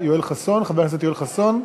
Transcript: חבר הכנסת יואל חסון.